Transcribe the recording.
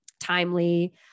timely